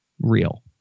real